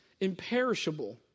imperishable